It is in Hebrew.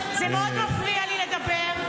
זה מאוד מפריע לי לדבר.